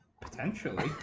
potentially